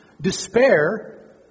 Despair